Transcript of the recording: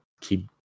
keep